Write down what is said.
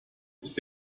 ist